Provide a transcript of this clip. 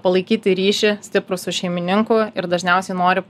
palaikyti ryšį stiprų su šeimininku ir dažniausiai nori